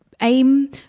aim